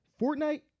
Fortnite